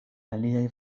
aliaj